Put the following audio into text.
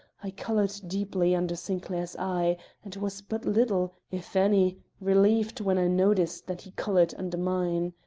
i colored deeply under sinclair's eye and was but little, if any, relieved when i noticed that he colored under mine.